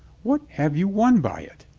what have you won by it?